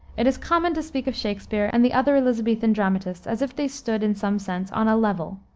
it is common to speak of shakspere and the other elisabethan dramatists as if they stood, in some sense, on a level.